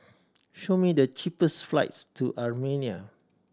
show me the cheapest flights to Armenia